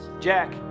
Jack